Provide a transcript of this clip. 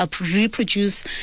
reproduce